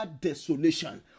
desolation